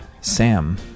Sam